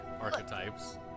archetypes